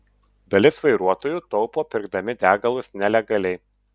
dalis vairuotojų taupo pirkdami degalus nelegaliai